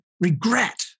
regret